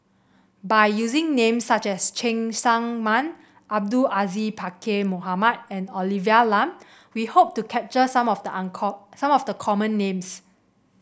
by using names such as Cheng Tsang Man Abdul Aziz Pakkeer Mohamed and Olivia Lum we hope to capture some of the uncle some of the common names